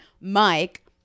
Mike